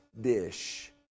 dish